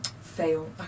FAIL